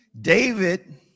david